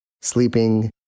sleeping